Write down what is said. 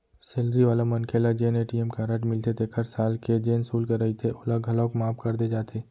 salary वाला मनखे ल जेन ए.टी.एम कारड मिलथे तेखर साल के जेन सुल्क रहिथे ओला घलौक माफ कर दे जाथे